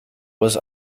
was